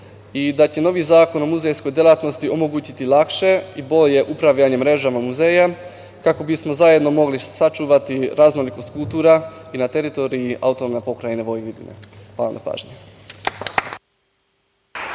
i da će novi zakon o muzejskoj delatnosti omogućiti laške i bolje upravljanje mrežom muzeja, kako bismo zajedno mogli sačuvati raznolikost kultura i na teritoriji AP Vojvodine. Hvala na pažnji.